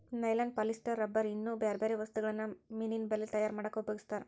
nylon polyester rubber ಇನ್ನೂ ಬ್ಯಾರ್ಬ್ಯಾರೇ ವಸ್ತುಗಳನ್ನ ಮೇನಿನ ಬಲೇ ತಯಾರ್ ಮಾಡಕ್ ಉಪಯೋಗಸ್ತಾರ